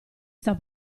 sta